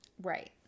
Right